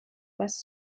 passe